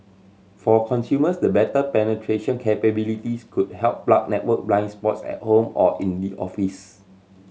for consumers the better penetration capabilities could help plug network blind spots at home or in the office